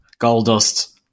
Goldust